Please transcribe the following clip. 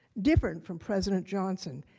different from president johnson.